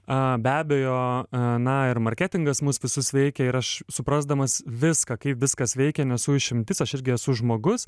a be abejo a na ir marketingas mus visus veikia ir aš suprasdamas viską kaip viskas veikia nesu išimtis aš irgi esu žmogus